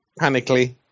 panically